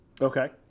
Okay